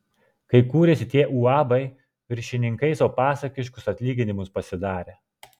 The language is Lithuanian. kai kūrėsi tie uabai viršininkai sau pasakiškus atlyginimus pasidarė